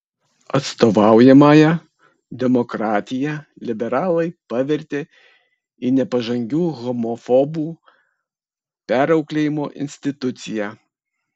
atstovaujamąja demokratiją liberalai pavertė į nepažangių homofobų perauklėjimo instituciją